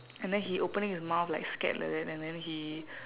and then he opening his mouth like scared like that and then he